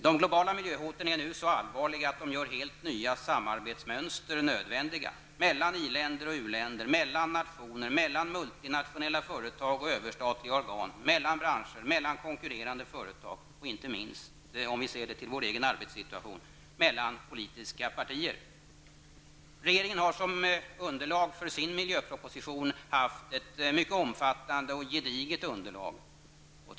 De globala miljöhoten är nu så allvarliga att de gör helt nya samarbetsmönster nödvändiga, mellan industriländer och u-länder, mellan nationer, mellan multinationella företag och överstatliga organ, mellan branscher, mellan konkurrerande företag och inte minst, om vi ser till vår egen arbetssituation, mellan politiska partier. Regeringen har haft ett mycket omfattande och gediget underlag för sin miljöproposition.